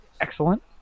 excellent